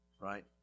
right